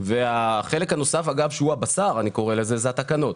והחלק הנוסף, שאני קורא לו הבשר, אלה התקנות.